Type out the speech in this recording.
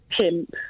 pimp